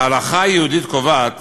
ההלכה היהודית קובעת